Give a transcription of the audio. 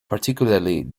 particularly